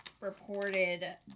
reported